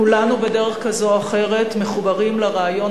כולנו בדרך כזו או אחרת מחוברים לרעיון